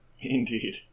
Indeed